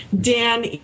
Dan